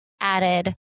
added